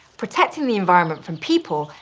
protecting the environment from people,